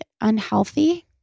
unhealthy